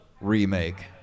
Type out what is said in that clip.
remake